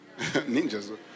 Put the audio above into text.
Ninjas